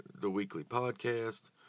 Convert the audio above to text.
theweeklypodcast